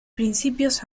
principios